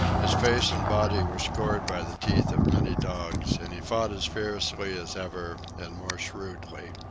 his face and body were scored by the teeth of many dogs, and he fought as fiercely as ever and more shrewdly.